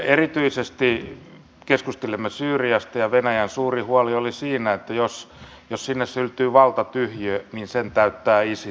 erityisesti keskustelimme syyriasta ja venäjän suurin huoli oli siinä että jos sinne syntyy valtatyhjiö niin sen täyttää isil